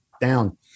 down